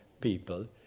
people